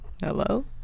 hello